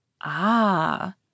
Ah